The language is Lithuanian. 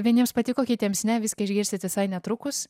vieniems patiko kitiems ne viską išgirsit visai netrukus